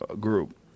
group